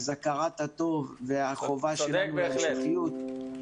אז הכרת הטוב והחובה שלנו להמשכיות,